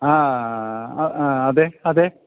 ആ ആ അതെ അതെ